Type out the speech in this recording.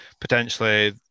potentially